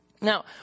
Now